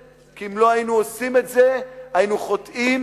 כי אם לא היינו עושים את זה היינו חוטאים